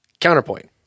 Counterpoint